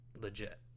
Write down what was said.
legit